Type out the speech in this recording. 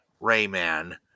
Rayman